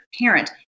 parent